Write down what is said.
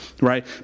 right